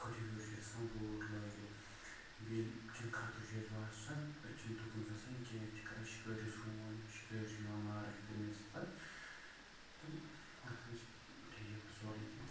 کۄٹھیو ہیوٚر چھِ بوٗٹ لٲگِتھ بیٚیہِ ییٚلہِ کیٚنٛہہ خطرٕ چھُ اَسہِ باسان أسۍ چھِنہٕ تُکُن گژھان کیٚنٛہہ أسۍ چھِ کَران شِکٲرِس فون شِکٲرۍ چھُ یِوان ماران چھِ تٔمِس پَتہٕ تہٕ گژھان چھِ ٹھیٖک پَتہٕ سورُے کیٚنٛہہ